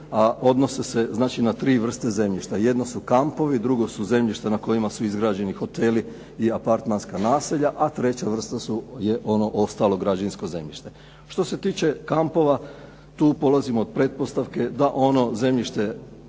odnose se znači na 3 vrste zemljišta. Jedno su kampovi, drugo su zemljišta na kojima su izgrađeni hoteli i apartmanska naselja, a treća vrsta je ono ostalo građevinsko zemljište. Što se tiče kampova, tu polazimo od pretpostavke da ono zemljište